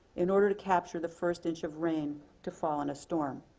in order to capture the first inch of rain to fall in a storm.